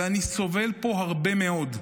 ואני סובל פה הרבה מאוד.